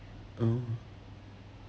oh